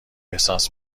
احساس